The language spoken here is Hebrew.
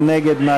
מי נגד?